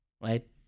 Right